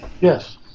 Yes